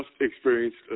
experienced